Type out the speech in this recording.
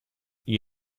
gli